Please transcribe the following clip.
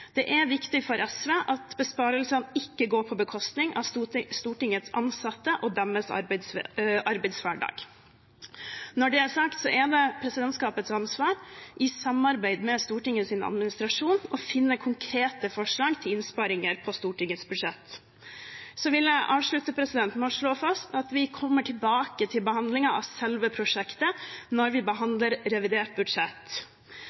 Det er viktig for SV at besparelsene ikke går på bekostning av Stortingets ansatte og deres arbeidshverdag. Når det er sagt, er det presidentskapets ansvar i samarbeid med Stortingets administrasjon å finne konkrete forslag til innsparinger på Stortingets budsjett. Jeg vil avslutte med å slå fast at vi kommer tilbake til behandlingen av selve prosjektet når vi